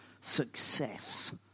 success